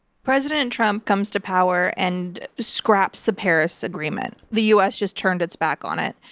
president trump comes to power and scraps the paris agreement. the u. s. just turned its back on it.